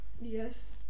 Yes